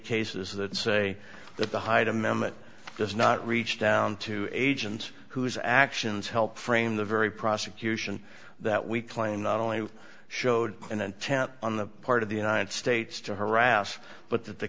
cases that say that the hyde amendment does not reach down to agents whose actions help frame the very prosecution that we claim not only showed an intent on the part of the united states to harass but that the